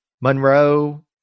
Monroe